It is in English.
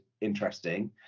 interesting